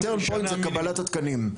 זו קבלת התקנים,